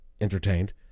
entertained